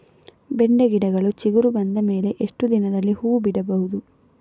ಬೆಂಡೆ ಗಿಡಗಳು ಚಿಗುರು ಬಂದ ಮೇಲೆ ಎಷ್ಟು ದಿನದಲ್ಲಿ ಹೂ ಬಿಡಬಹುದು?